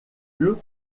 lieu